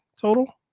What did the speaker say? total